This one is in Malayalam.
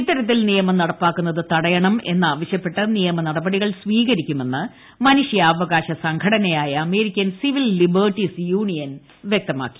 ഇത്തരത്തിൽ നിയമം നടപ്പാക്കുന്നത് തടയണമെന്നാവശ്യപ്പെട്ട് നിയമനടപടികൾ സ്വീകരിക്കുമെന്ന് മനുഷ്യാവകാശ സംഘടനയായ അമേരിക്കൻ സിവിൽ ലിബർട്ടീസ് യൂണിയൻ വ്യക്തമാക്കി